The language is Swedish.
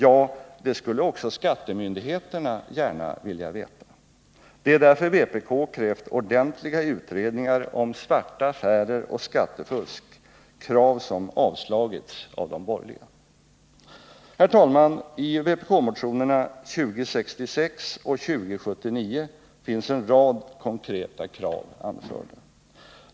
Ja, det skulle också skattemyndigheterna gärna vilja veta. Det är därför vpk har krävt ordentliga utredningar om svarta affärer och skattefusk, krav som avslagits av de borgerliga. I vpk-motionerna 2066 och 2079 finns en rad konkreta krav anförda.